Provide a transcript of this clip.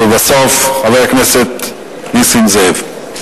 בסוף, חבר הכנסת נסים זאב.